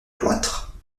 cloître